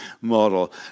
model